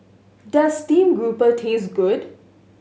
does stream grouper taste good